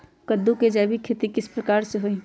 कददु के जैविक खेती किस प्रकार से होई?